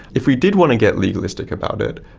if we did want to get legalistic about it,